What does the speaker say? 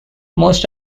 most